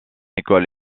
école